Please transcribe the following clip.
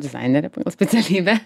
dizainerė specialybė